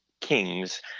kings